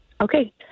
Okay